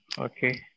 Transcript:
Okay